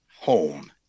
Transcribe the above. home